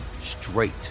straight